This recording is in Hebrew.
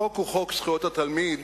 החוק הוא חוק זכויות התלמיד,